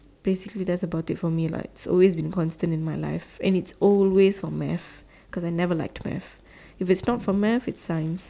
basically that's about it for me like it's always been constant in my life and it's always for math cause I never liked math if it's not for math it's science